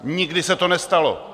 Nikdy se to nestalo.